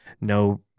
no